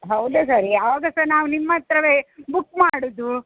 ಹೌದು ಸರ್ ಯಾವಾಗ ಸಹ ನಾವು ನಿಮ್ಮ ಹತ್ರವೇ ಬುಕ್ ಮಾಡುದು